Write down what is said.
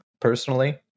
personally